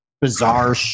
bizarre